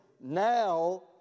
Now